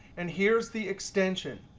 and here's the extension.